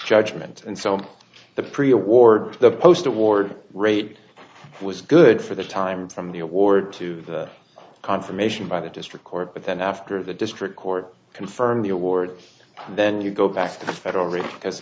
judgment and so on the pre award the post award rate was good for the time from the award to the confirmation by the district court but then after the district court confirmed the award and then you go back to the federal reserve because